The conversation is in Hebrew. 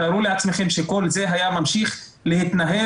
תארו לעצמכם שכל זה היה ממשיך להתנהל